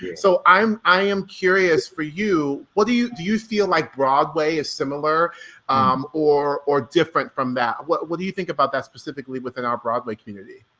yeah so i am i am curious for you, do you do you feel like broadway is similar or or different from that? what what do you think about that specifically within our broadway community?